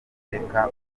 z’amateka